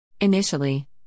Initially